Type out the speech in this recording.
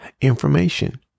information